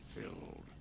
filled